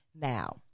Now